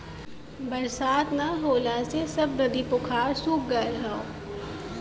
बरसात ना होले से सब नदी पोखरा सूख गयल हौ